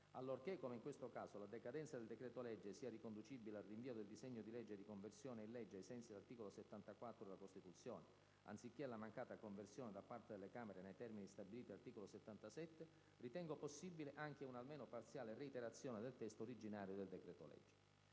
allorché, come in questo caso, la decadenza del decreto-legge sia riconducibile al rinvio del disegno di legge di conversione in legge ai sensi dell'articolo 74 della Costituzione, anziché alla mancata conversione da parte delle Camere nei termini stabiliti dall'articolo 77, ritengo possibile anche una almeno parziale reiterazione del testo originario del decreto-legge.